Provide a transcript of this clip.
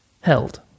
Held